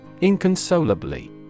Inconsolably